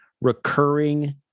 recurring